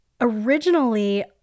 originally